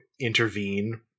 intervene